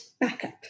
backup